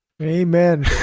Amen